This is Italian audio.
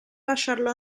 lasciarlo